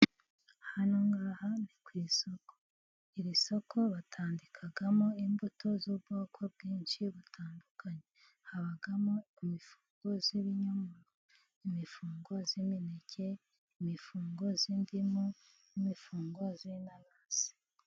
Hano ni ku isoko, iri soko batandikamo imbuto z'ubwoko bwinshi butandukanye, habamo: imifungo z'ibinyomoro, imifungo z'imineke, imifungo z'indimu, n'imifungo z'inanasi.